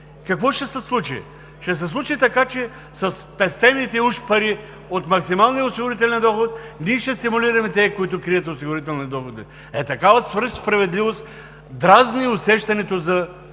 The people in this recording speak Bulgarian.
Какво ще се случи? Ще се случи така, че със спестените уж пари от максималния осигурителен доход ние ще стимулираме тези, които крият осигурителни доходи. Е такава свръхсправедливост дразни усещането за